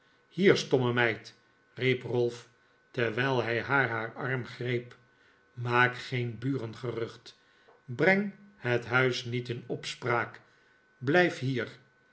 hier stomme meid zei ralph terwijl hij haar bij haar arm greep maak geen burengerucht breng het huis niet in opspraak blijf hier